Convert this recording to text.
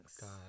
God